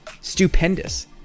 stupendous